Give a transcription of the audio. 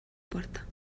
porta